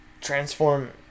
transform